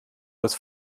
das